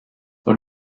dans